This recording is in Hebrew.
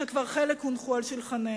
וחלק כבר הונחו על שולחננו: